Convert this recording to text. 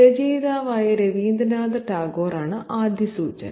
രചയിതാവായ രവീന്ദ്രനാഥ ടാഗോറാണ് ആദ്യ സൂചന